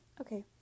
Okay